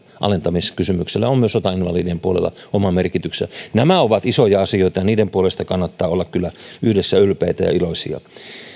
alentamiskysymyksellä on sotainvalidien puolella oma merkityksensä nämä ovat isoja asioita ja niiden puolesta kannattaa olla kyllä yhdessä ylpeitä ja iloisia